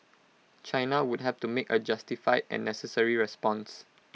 China would have to make A justified and necessary response